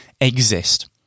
exist